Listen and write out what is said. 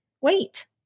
wait